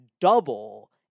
double